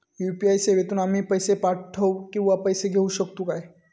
UPI सेवेतून आम्ही पैसे पाठव किंवा पैसे घेऊ शकतू काय?